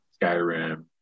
Skyrim